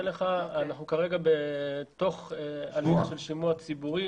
לך: אנחנו כרגע בתוך הליך של שימוע ציבורי,